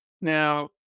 Now